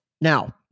Now